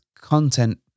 content